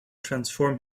transform